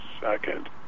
second